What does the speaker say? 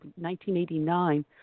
1989